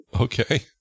okay